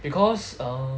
because err